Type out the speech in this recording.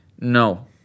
No